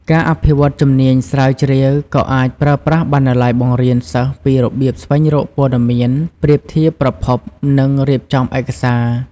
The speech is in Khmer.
ការអភិវឌ្ឍជំនាញស្រាវជ្រាវក៏អាចប្រើប្រាស់បណ្ណាល័យបង្រៀនសិស្សពីរបៀបស្វែងរកព័ត៌មាន ប្រៀបធៀបប្រភព និងរៀបចំឯកសារ។